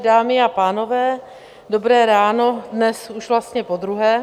Dámy a pánové, dobré ráno dnes už vlastně podruhé.